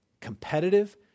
competitive